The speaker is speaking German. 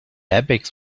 airbags